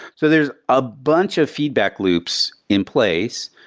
so there's a bunch of feedback loops in place.